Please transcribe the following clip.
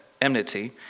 enmity